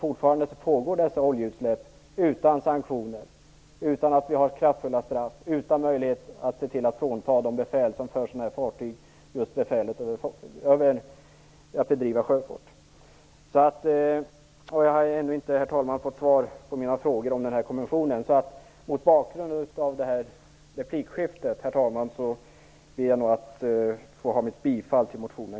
Fortfarande pågår dessa oljeutsläpp utan sanktioner, utan att vi har kraftfulla straff att ta till, utan att vi har möjlighet att frånta befälhavaren befälet över fartyget. Jag har inte heller fått svar på mina frågor om konventionen. Mot bakgrund av det här replikskiftet ber jag då, herr talman, att få vidhålla mitt yrkande om bifall till motionen.